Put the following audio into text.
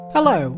Hello